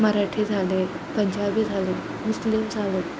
मराठी झाले पंजाबी झाले मुस्लिम झाले आहेत